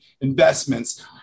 investments